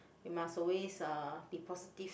you must always uh be positive